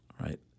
right